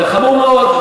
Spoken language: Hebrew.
זה חמור מאוד.